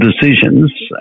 decisions